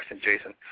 Jason